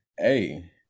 hey